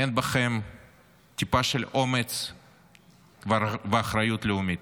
אין בכם טיפה של אומץ ואחריות לאומית.